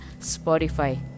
Spotify